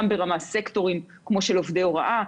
גם ברמה של הסקטורים כמו של עובדי הוראה,